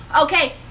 okay